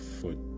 foot